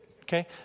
Okay